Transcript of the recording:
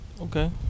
Okay